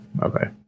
Okay